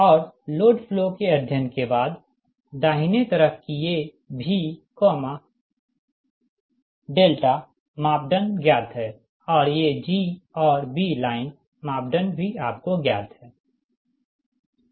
और load flow के अध्ययन के बाद दाहिने तरफ की ये V मापदंड ज्ञात है और ये G और B लाइन मापदंड भी आपको ज्ञात है